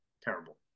Terrible